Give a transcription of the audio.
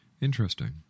Interesting